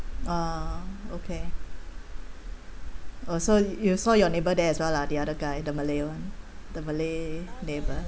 oh okay oh so you saw your neighbour there as well lah the other guy the malay [one] the malay neighbour